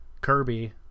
Kirby